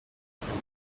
gusaba